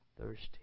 thirsty